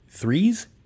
threes